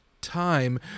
time